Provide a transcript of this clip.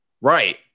Right